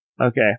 Okay